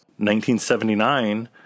1979